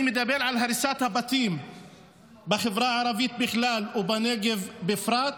אני מדבר על הריסת הבתים בחברה הערבית בכלל ובנגב בפרט.